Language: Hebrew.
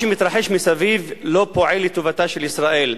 מה שמתרחש מסביב לא פועל לטובתה של ישראל,